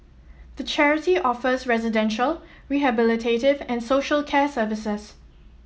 the charity offers residential rehabilitative and social care services